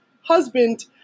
husband